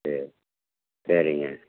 சரி சரிங்க